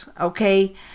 okay